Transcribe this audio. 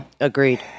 Agreed